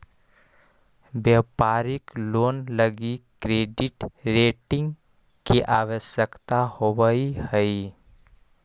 व्यापारिक लोन लगी credit rating के आवश्यकता होवऽ हई